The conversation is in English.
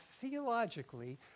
theologically